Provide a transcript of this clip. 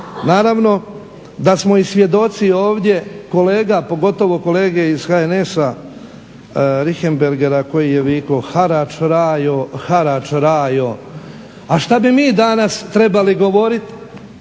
Naravno da smo i svjedoci ovdje kolega pogotovo kolege iz HNS-a Richembergha koji je vikao harač rajo, harač rajo. A šta bi mi danas trebali govoriti